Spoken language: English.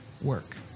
work